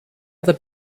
other